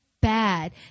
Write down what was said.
bad